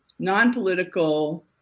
nonpolitical